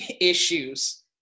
issues